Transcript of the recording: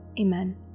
Amen